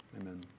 Amen